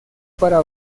para